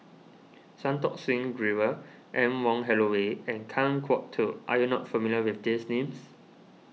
Santokh Singh Grewal Anne Wong Holloway and Kan Kwok Toh are you not familiar with these names